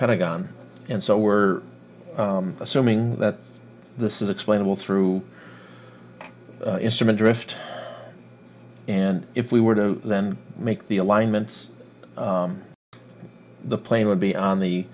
pentagon and so we're assuming that this is explainable through instrument drift and if we were to then make the alignments the plane would be on the